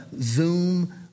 Zoom